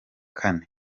kane